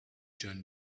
john